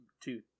two